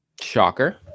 Shocker